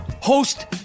host